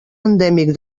endèmic